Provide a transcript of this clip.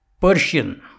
Persian